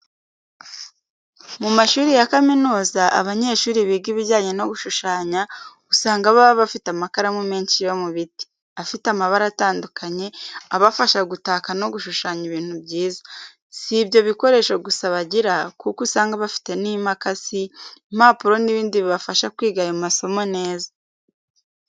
Mu mashuri ya kaminuza, abanyeshuri biga ibijyanye no gushushanya, usanga baba bafite amakaramu menshi yo mu biti, afite amabara atandukanye, abafasha gutaka no gushushanya ibintu byiza. Si ibyo bikoresho gusa bagira, kuko usanga bafite n’imakasi, impapuro n’ibindi bibafasha kwiga ayo masomo neza.